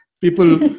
People